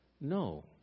No